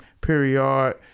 Period